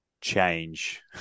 change